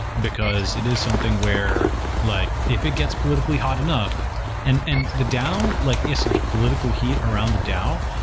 because it is something where like if it gets political hot enough and and the dao like yes, there's political heat around the dao,